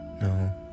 No